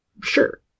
Sure